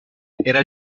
era